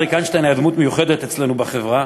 אריק איינשטיין היה דמות מיוחדת אצלנו בחברה,